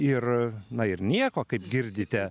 ir na ir nieko kaip girdite